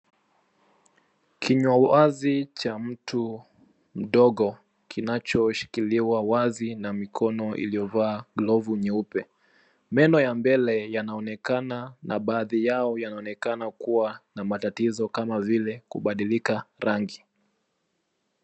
Kinywa wazi cha mtu mdogo kinachoshikiliwa wazi na mikono iliyovaa glovu nyeupe ,meno ya mbele yanaonekana na baadhi yao yanaonekana kuwa na matatizo kama vile kubadilika rangi.